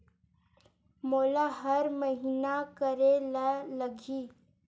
मोला हर महीना करे ल लगही?